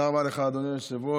תודה רבה לך, אדוני היושב-ראש.